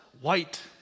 white